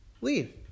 leave